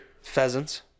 pheasants